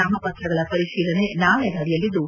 ನಾಮಪತ್ರಗಳ ಪರಿಶೀಲನೆ ನಾಳೆ ನಡೆಯಲಿದ್ದು